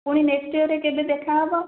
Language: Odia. ପୁଣି ନେକ୍ସଟ୍ ଇଅର୍ରେ କେବେ ଦେଖା ହେବ